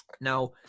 Now